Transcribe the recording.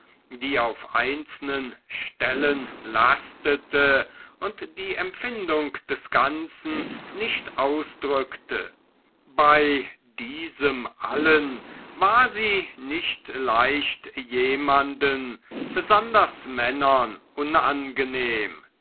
die auf einzelnen stellen lastete und die empfindung des ganzen nicht ausdruckte bei diesem allen war sie nicht leicht jemanden besonders männern unangenehm